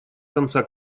конца